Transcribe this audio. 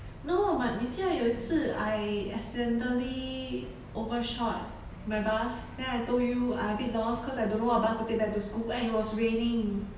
no but 你记得有一次 I accidentally overshot my bus then I told you I a bit lost cause I don't know what bus to take back to school and it was raining